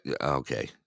okay